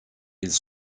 ils